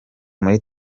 muri